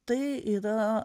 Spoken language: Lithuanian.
tai yra